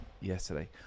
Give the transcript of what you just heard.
yesterday